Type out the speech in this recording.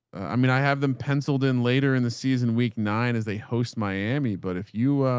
i mean, i have them penciled in later in the season, week nine, as they host miami. but if you,